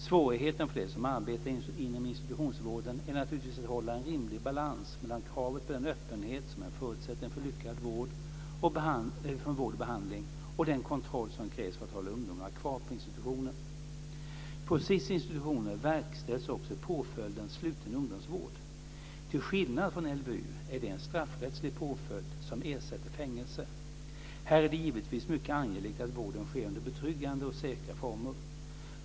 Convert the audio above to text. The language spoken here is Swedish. Svårigheten för dem som arbetar inom institutionsvården är naturligtvis att hålla en rimlig balans mellan kravet på den öppenhet som är en förutsättning för en lyckad vård och behandling och den kontroll som krävs för att hålla ungdomarna kvar på institutionen. På SiS institutioner verkställs också påföljden sluten ungdomsvård. Till skillnad från LVU är det en straffrättslig påföljd som ersätter fängelse. Här är det givetvis mycket angeläget att vården sker under betryggande och säkra former.